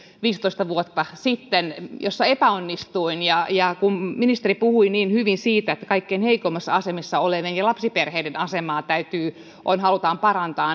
viisitoista vuotta sitten epäonnistuin kun ministeri puhui niin hyvin siitä että kaikkein heikoimmassa asemassa olevien ja lapsiperheiden asemaa halutaan parantaa